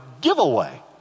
giveaway